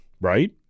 Right